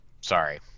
Sorry